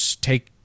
take